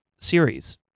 Series